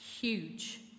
huge